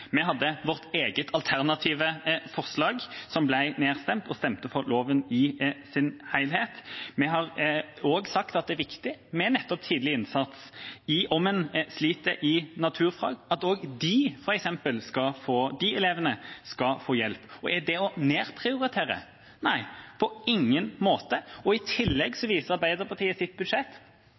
Vi hadde vårt eget alternative forslag, som ble nedstemt, og stemte for loven i sin helhet. Vi har også sagt at det er viktig med tidlig innsats om en sliter i f.eks. naturfag, at også de elevene skal få hjelp. Er det å nedprioritere? Nei, på ingen måte. I tillegg viser Arbeiderpartiets budsjett